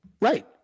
Right